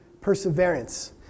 perseverance